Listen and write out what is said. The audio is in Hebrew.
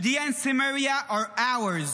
Judea and Samaria are ours.